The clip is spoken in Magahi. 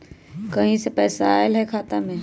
कहीं से पैसा आएल हैं खाता में?